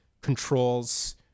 controls